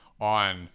on